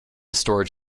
storage